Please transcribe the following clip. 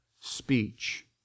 speech